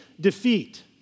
Defeat